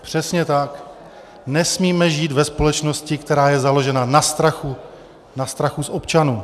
Přesně tak, nesmíme žít ve společnosti, která je založena na strachu, na strachu z občanů.